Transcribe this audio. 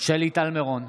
שלי טל מירון,